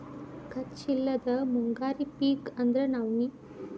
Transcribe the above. ಖರ್ಚ್ ಇಲ್ಲದ ಮುಂಗಾರಿ ಪಿಕ್ ಅಂದ್ರ ನವ್ಣಿ